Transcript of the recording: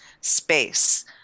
space